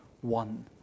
one